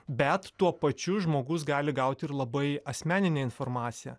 bet tuo pačiu žmogus gali gauti ir labai asmeninę informaciją